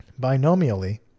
binomially